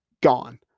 Gone